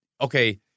Okay